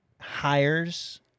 hires